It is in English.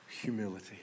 humility